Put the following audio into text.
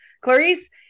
Clarice